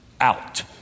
out